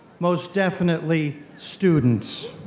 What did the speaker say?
most definitely, students.